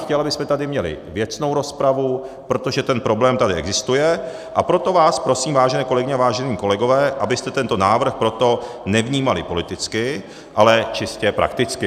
Chtěl bych, abychom tady měli věcnou rozpravu, protože ten problém tady existuje, a proto vás prosím, vážené kolegyně a vážení kolegové, abyste proto tento návrh nevnímali politicky, ale čistě prakticky.